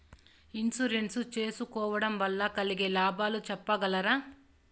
Insurance సేసుకోవడం వల్ల కలిగే లాభాలు సెప్పగలరా?